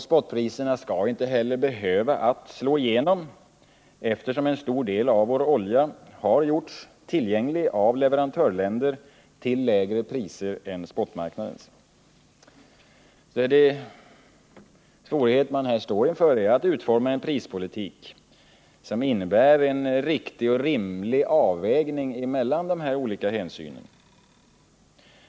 Spotpriserna skall inte heller behöva slå igenom, eftersom en stor del av den olja vi behöver har gjorts tillgänglig av leverantörländer till lägre priser än spotmarknadens. De svårigheter man här står inför gäller att utforma en prispolitik som innebär en riktig och rimlig avvägning mellan dessa olika hänsyn.